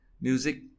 music